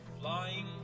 flying